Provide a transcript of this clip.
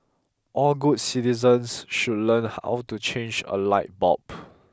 all good citizens should learn how to change a light bulb